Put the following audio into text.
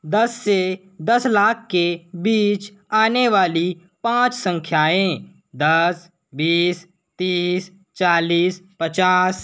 दस से दस लाख के बीच आने वाली पाँच संख्याएँ दस बीस तीस चालीस पचास